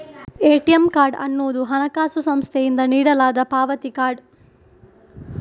ATM card ಅನ್ನುದು ಹಣಕಾಸು ಸಂಸ್ಥೆಯಿಂದ ನೀಡಲಾದ ಪಾವತಿ ಕಾರ್ಡ್